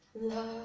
love